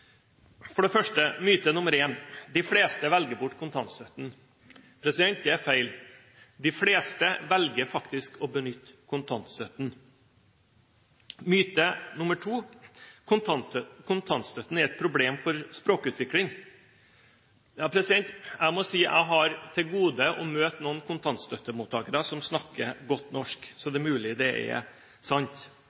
For det første, myte nr. én: De fleste velger bort kontantstøtten. Det er feil. De fleste velger faktisk å benytte kontantstøtten. Myte nr. to: Kontantstøtten er et problem for språkutvikling. Jeg må si at jeg har til gode å møte noen kontantstøttemottakere som snakker godt norsk, så det er mulig det er sant.